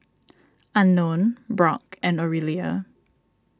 Unknown Brock and Orelia